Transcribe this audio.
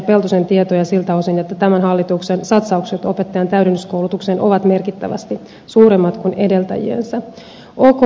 peltosen tietoja siltä osin että tämän hallituksen satsaukset opettajan täydennyskoulutukseen ovat merkittävästi suuremmat kuin edeltäjiensä